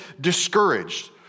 discouraged